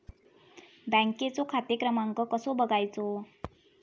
बँकेचो खाते क्रमांक कसो बगायचो?